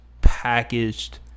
packaged